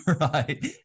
right